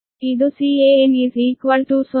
ಇದು that Can 0